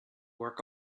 work